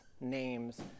names